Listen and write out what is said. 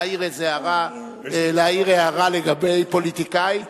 להעיר איזו הערה לגבי פוליטיקאי.